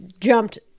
jumped